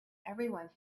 everyone